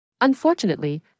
Unfortunately